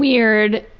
weird,